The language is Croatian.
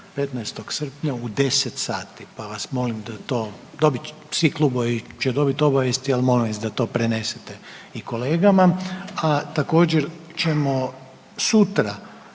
15. srpnja u 10 sati, pa vas molim da to, svi klubovi će dobit obavijesti, ali molim vas da to prenesete i kolegama. A također ćemo sutra